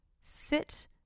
sit